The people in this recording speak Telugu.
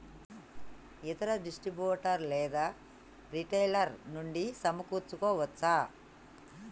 ఇతర డిస్ట్రిబ్యూటర్ లేదా రిటైలర్ నుండి సమకూర్చుకోవచ్చా?